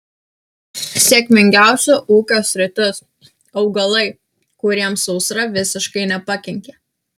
sėkmingiausia ūkio sritis augalai kuriems sausra visiškai nepakenkė